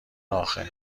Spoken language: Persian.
آخه